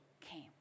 came